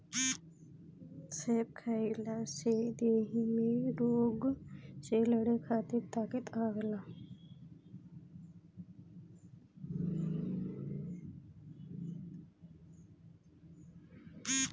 सेब खइला से देहि में रोग कुल से लड़े खातिर ताकत आवेला